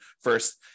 first